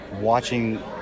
watching